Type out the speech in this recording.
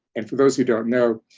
and for those who don't know,